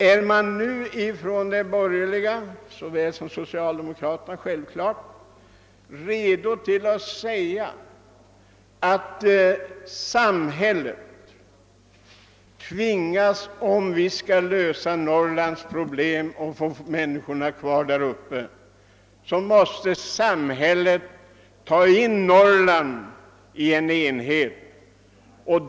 Är man nu från borgerligt på samma sätt som från socialdemokratiskt håll redo att medge att samhället, om vi skall kunna lösa Norrlands problem och få människorna att stanna kvar där, måste ta in Norrland i en enhet?